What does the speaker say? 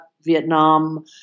Vietnam